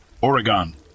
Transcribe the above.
Oregon